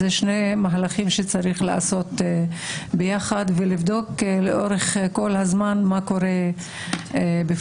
אלה שני מהלכים שצריך לעשות ביחד ולבדוק לאורך כל הזמן מה קורה בפועל.